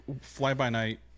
fly-by-night